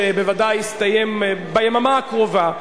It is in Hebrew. שבוודאי יסתיים ביממה הקרובה,